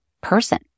person